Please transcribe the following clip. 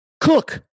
cook